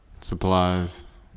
Supplies